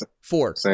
four